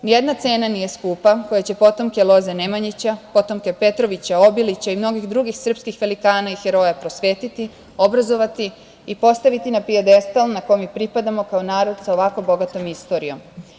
Ni jedna cena nije skupa koja će potomke loze Nemanjića, potomke Petrovića, Obilića i mnogih drugih srpskih velikana i heroja prosvetiti, obrazovati i postaviti na pijedestal na kom i pripadamo kao narod sa ovako bogatom istorijom.